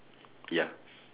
ya